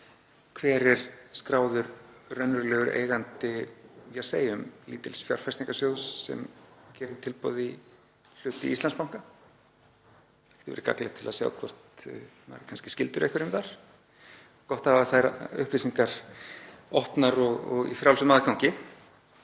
hver er skráður raunverulegur eigandi, segjum lítils fjárfestingarsjóðs sem gerir tilboð í hlut í Íslandsbanka. Það væri gagnlegt til að sjá hvort maður sé kannski skyldur einhverjum þar. Það væri gott að hafa þær upplýsingar opnar og í frjálsum aðgangi.